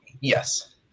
Yes